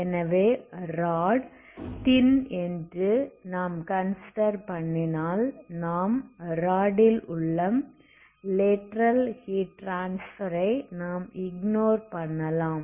எனவே ராட் தின் என்று நாம் கன்சிடர் பண்ணினால் நாம் ராட் ல் உள்ள லேட்டரல் ஹீட் ட்ரான்ஸ்ஃபர் ஐ நாம் இக்னோர் பண்ணலாம்